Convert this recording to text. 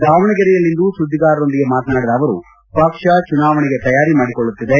ದಾವಣಗೆರೆಯಲ್ಲಿಂದು ಸುದ್ಗಿಗಾರರೊಂದಿಗೆ ಮಾತನಾಡಿದ ಅವರು ಪಕ್ಷ ಚುನಾವಣೆಗೆ ತಯಾರಿ ಮಾಡಿಕೊಳ್ಳುತ್ತಿದೆ